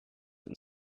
and